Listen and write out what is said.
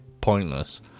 pointless